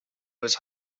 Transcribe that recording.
was